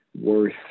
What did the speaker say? worth